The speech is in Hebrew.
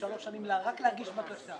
יש שלוש שנים רק להגיש בקשה,